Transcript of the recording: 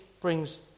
brings